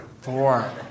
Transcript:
Four